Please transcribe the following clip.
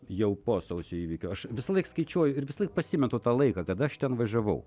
jau po sausio įvykių aš visąlaik skaičiuoju ir visąlaik pasimetu tą laiką kada aš ten važiavau